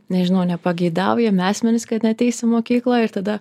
nežinau nepageidaujami asmenys kad neateis į mokyklą ir tada